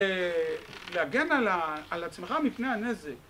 להגן על עצמך מפני הנזק